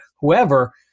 whoever